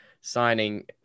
signing